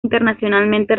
internacionalmente